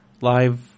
live